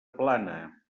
plana